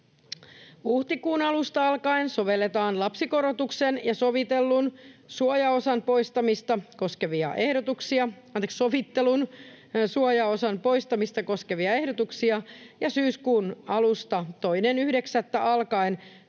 Huhtikuun alusta alkaen sovelletaan lapsikorotuksen ja sovittelun suojaosan poistamista koskevia ehdotuksia ja syyskuun alusta, 2.9. alkaen,